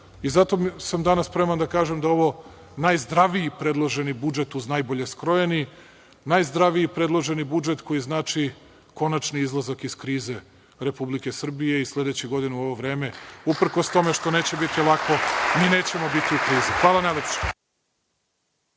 sam danas spreman da kažem da je ovo najzdraviji predloženi budžet, uz najbolje skrojeni, najzdraviji predloženi budžet koji znači konačni izlazak iz krize Republike Srbije i sledeće godine u ovo vreme, uprkos tome što neće biti lako, mi nećemo biti u krizi. Hvala najlepše.